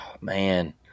man